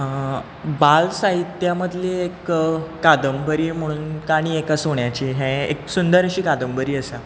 बाल साहित्या मदलें एक कादंबरी म्हणून काणी एका सुण्याची हें एक सुंदर अशी कादंबरी आसा